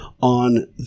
on